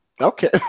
Okay